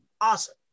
Awesome